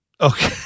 Okay